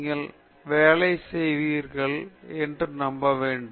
நீங்கள் வேலை செய்வீர்கள் என்று நம்ப வேண்டும்